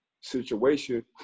situation